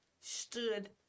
stood